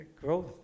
growth